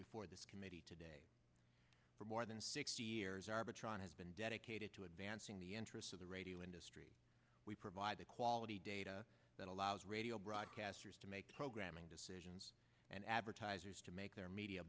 before this committee today for more than six years arbitron has been dedicated to advancing the interests of the radio industry we provide the quality data that allows radio broadcasters to make programming decisions and advertisers to make their media